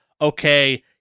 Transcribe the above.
okay